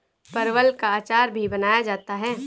परवल का अचार भी बनाया जाता है